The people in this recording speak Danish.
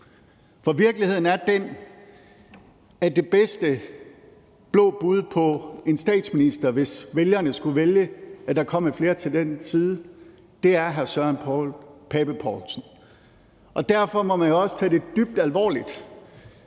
For virkeligheden er den, at det bedste blå bud på en statsminister, hvis vælgerne skulle vælge et flertal til den side, er hr. Søren Pape Poulsen. Og derfor må man jo også tage det dybt alvorligt,